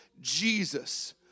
Jesus